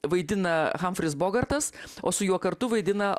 vaidina hamfris bogartas o su juo kartu vaidina